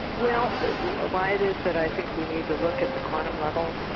well why it is that i think we need to look at the quantum level? but